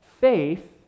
faith